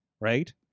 right